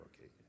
Okay